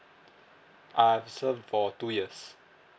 I've serve for two years